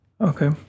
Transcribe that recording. Okay